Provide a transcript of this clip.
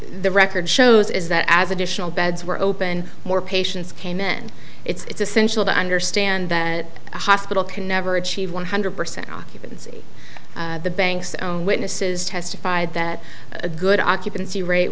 the record shows is that as additional beds were open more patients came in it's essential to understand that the hospital can never achieve one hundred percent occupancy the banks own witnesses testified that a good occupancy rate